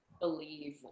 believe